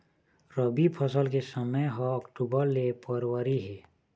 रबी फसल के समय ह अक्टूबर ले फरवरी हे